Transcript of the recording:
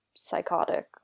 psychotic